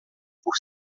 por